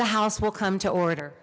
the house will come to order